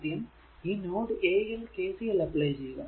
ആദ്യം ഈ node a യിൽ KCL അപ്ലൈ ചെയ്യുക